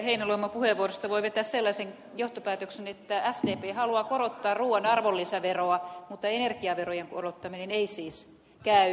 heinäluoman puheenvuorosta voi vetää sellaisen johtopäätöksen että sdp haluaa korottaa ruuan arvonlisäveroa mutta energiaverojen korottaminen ei siis käy